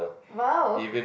!wow!